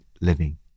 living